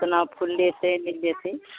केना फुलेतै मिल जेतै